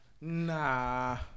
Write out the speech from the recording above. nah